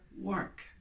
work